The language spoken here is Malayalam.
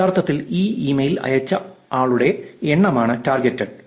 യഥാർത്ഥത്തിൽ ഈ ഇമെയിൽ അയച്ച ആളുകളുടെ എണ്ണമാണ് ടാർഗെറ്റെഡ്